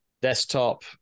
Desktop